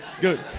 Good